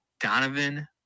donovan